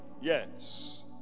Yes